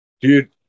dude